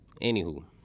Anywho